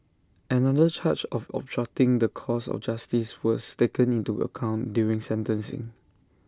another charge of obstructing the course of justice was taken into account during sentencing